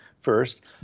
first